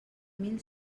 mil